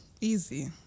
easy